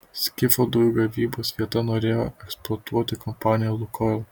skifo dujų gavybos vietą norėjo eksploatuoti kompanija lukoil